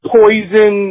poison